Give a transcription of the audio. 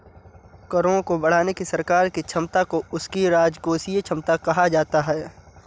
करों को बढ़ाने की सरकार की क्षमता को उसकी राजकोषीय क्षमता कहा जाता है